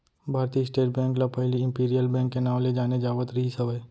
भारतीय State Bank ल पहिली इम्पीरियल बेंक के नांव ले जाने जावत रिहिस हवय